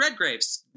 Redgraves